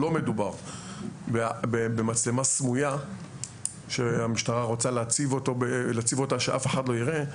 מדובר במצלמה סמויה שהמשטרה רוצה להציב אותה ושאף אחד לא יראה,